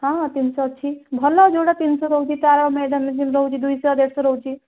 ହଁ ହଁ ତିନିଶହ ଅଛି ଭଲ ଯେଉଁଟା ତିନିଶହ ରହୁଛି ତାର ମିଡ଼ିଅମ୍ ଯେଉଁଟା ଦୁଇଶହ ଦେଢ଼ଶହ ରହୁଛି